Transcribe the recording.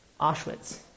Auschwitz